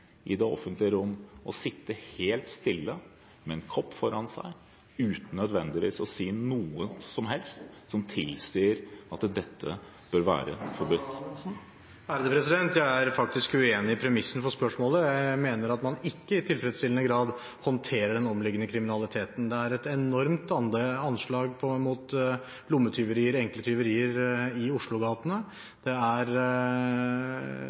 i det offentlige rom – å sitte helt stille med en kopp foran seg uten nødvendigvis å si noe som helst – som tilsier at dette bør være straffbart? Jeg er faktisk uenig i premissene for spørsmålet. Jeg mener at man ikke i tilfredsstillende grad håndterer den omliggende kriminaliteten. Det er et enormt antall lommetyverier og enkle tyverier i